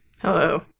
Hello